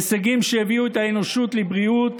הישגים שהביאו את האנושות לבריאות,